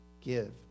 give